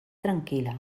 tranquil·la